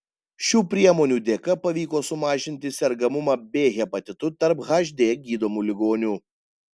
šių priemonių dėka pavyko sumažinti sergamumą b hepatitu tarp hd gydomų ligonių